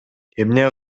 эмне